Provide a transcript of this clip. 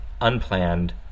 unplanned